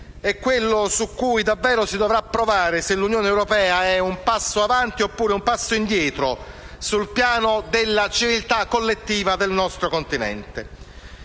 è quello su cui davvero si dovrà provare se l'Unione europea è un passo avanti oppure un passo indietro sul piano della civiltà collettiva del nostro continente.